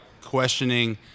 questioning